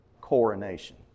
coronation